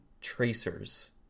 tracers